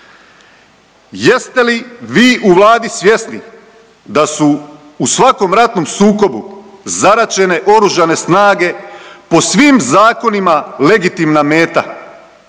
jeste li vi u Vladi svjesni da su u svakom ratnom sukobu zaraćene oružane snage po svim zakonima legitimna meta,